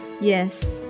Yes